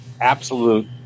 Absolute